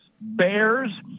bears